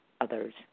others